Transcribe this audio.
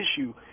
issue